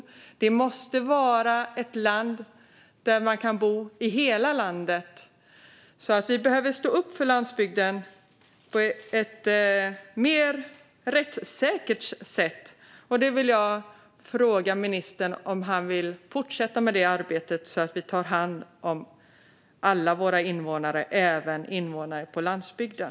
Sverige måste vara ett land där man kan bo i hela landet. Vi behöver stå upp för landsbygden på ett mer rättssäkert sätt. Jag vill fråga ministern om han vill fortsätta med det arbetet så att vi tar hand om alla våra invånare - även invånare på landsbygden.